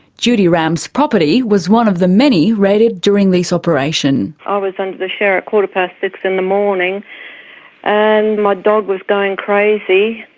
judy ramp's property was one of the many raided during these operations. i was under the shower at quarter past in the morning and my dog was going crazy.